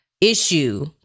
issue